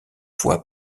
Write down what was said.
fois